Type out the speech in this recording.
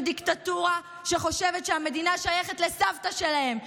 דיקטטורה שחושבת שהמדינה שייכת לסבתא שלהם,